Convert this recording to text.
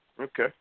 Okay